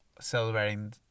Celebrating